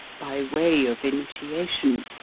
by way of initiation.